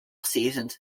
seasons